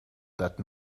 that